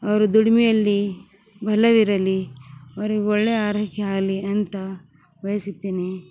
ಅವರ ದುಡಿಮೆಯಲ್ಲಿ ಬಲವಿರಲಿ ಅವ್ರಿಗೆ ಒಳ್ಳೆಯ ಆರೋಗ್ಯ ಆಯ್ಲಿ ಅಂತ ಬಯಸುತ್ತೇನೆ